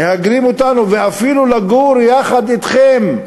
מהגרים אותנו, ואפילו לגור יחד אתכם,